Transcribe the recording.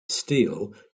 steele